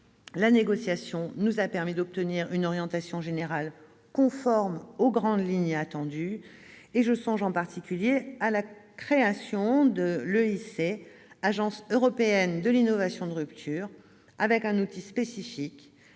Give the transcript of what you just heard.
La négociation nous a permis d'obtenir une orientation générale partielle conforme aux grandes lignes attendues. Je songe en particulier à la création de l'agence européenne de l'innovation de rupture, l'EIC, avec un outil spécifique